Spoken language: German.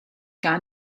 gar